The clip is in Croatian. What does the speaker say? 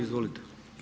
Izvolite.